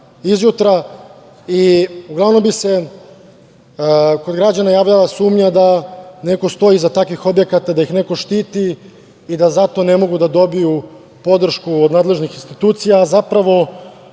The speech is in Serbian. izjutra. Uglavnom bi se kod građana javljala sumnja da neko stoji iza takvih objekata, da ih neko štiti i da zato ne mogu da dobiju podršku od nadležnih institucija, a zapravo,